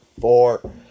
four